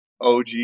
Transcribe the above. OG